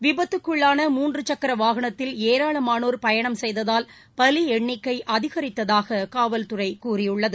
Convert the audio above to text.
விபத்துக்குள்ளான மூன்று சக்கர வாகனத்தில் ஏராளமானோர் பயணம் செய்ததால் பலி எண்ணிக்கை அதிகரித்ததாக காவல்துறை கூறியுள்ளது